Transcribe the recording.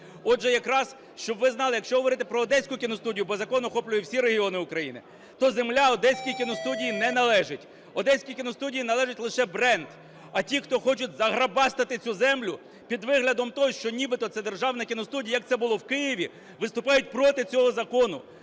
Отже, якраз, щоб ви знали, якщо говорити про Одеську кіностудію, бо закон охоплює всі регіони України, то земля Одеської кіностудії не належить, Одеській кіностудії належить лише бренд, а ті, хто хочуть заграбастати цю землю під виглядом того, що нібито це державна кіностудія, як це було в Києві, виступають проти цього закону.